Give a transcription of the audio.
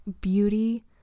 Beauty